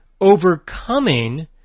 overcoming